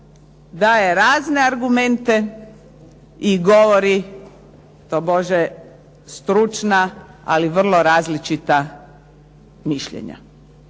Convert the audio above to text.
daje razne argumente i govori tobože stručna ali vrlo različita mišljenja.